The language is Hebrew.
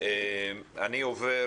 אני עובר